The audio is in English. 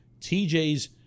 TJ's